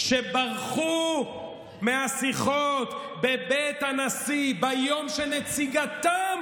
שברחו מהשיחות בבית הנשיא ביום שנציגתם